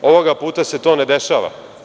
Ovoga puta se to ne dešava.